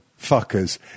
fuckers